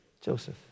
Joseph